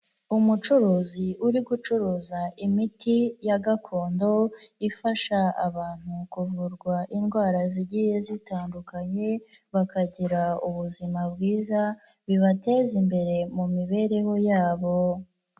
Umucuruzi uri gucuruza imiti ya gakondo, ifasha abantu kuvurwa indwara zigiye zitandukanye, bakagira ubuzima bwiza, bibateza imbere mu mibereho yabo.